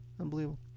Unbelievable